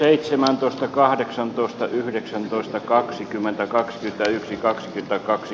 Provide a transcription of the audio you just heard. seitsemäntoista kahdeksantoista yhdeksäntoista kaksikymmentä kaksi kaksikymmentäkaksi